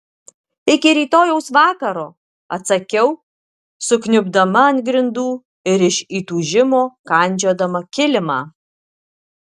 iki rytojaus vakaro atsakiau sukniubdama ant grindų ir iš įtūžimo kandžiodama kilimą